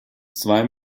zwei